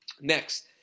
next